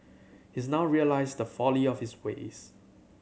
he's now realised the folly of his ways